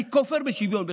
אני כופר בשוויון.